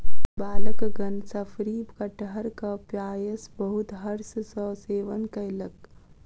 बालकगण शफरी कटहरक पायस बहुत हर्ष सॅ सेवन कयलक